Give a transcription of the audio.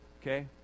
Okay